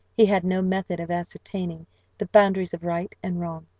he had no method of ascertaining the boundaries of right and wrong.